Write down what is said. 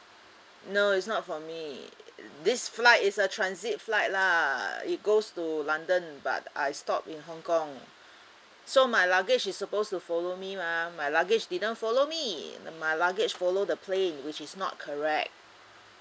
no it's not for me this flight is a transit flight lah it goes to london but I stop in hong kong so my luggage is supposed to follow me mah my luggage didn't follow me my luggage follow the plane which is not correct